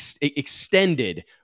extended